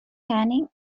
tanning